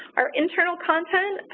our internal content